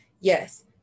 yes